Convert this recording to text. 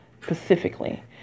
specifically